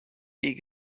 die